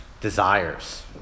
desires